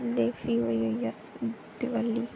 ते फ्ही होई इ'यै दिवाली